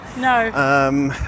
No